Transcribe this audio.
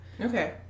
okay